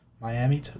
Miami